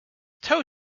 toe